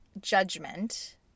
judgment